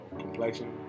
complexion